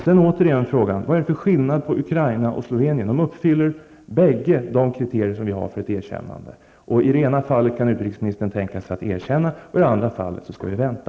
Vad är det för skillnad på Ukraina och Slovenien? Båda dessa områden fyller de kriterier vi ställer för ett erkännande. I det ena fallet kan utrikesministern tänka sig att erkänna, och i det andra fallet skall vi vänta.